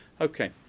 Okay